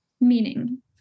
meaning